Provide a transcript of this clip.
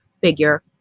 figure